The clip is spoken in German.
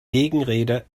gegenrede